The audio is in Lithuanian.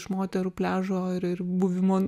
iš moterų pliažo ir buvimo